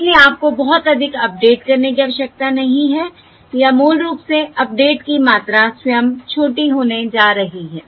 इसलिए आपको बहुत अधिक अपडेट करने की आवश्यकता नहीं है या मूल रूप से अपडेट की मात्रा स्वयं छोटी होने जा रही है